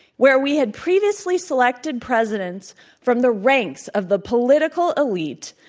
where we had previously selected presidents from the ranks of the political elite,